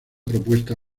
propuesta